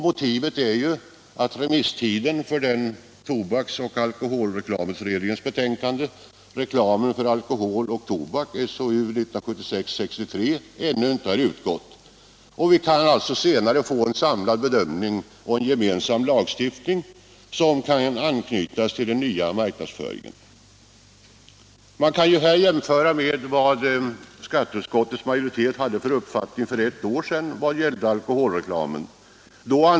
Motivet är att remisstiden för tobaksoch alkoholreklamutredningens betänkande Reklamen för alkohol och tobak ännu icke utgått; vi kan alltså senare få en samlad bedömning och en gemensam lagstiftning, som kan anknytas till den nya marknadsföringen. Man kan här jämföra med vad skatteutskottets majoritet hade för uppfattning för ett år sedan vad gällde alkoholreklamen.